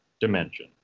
dimension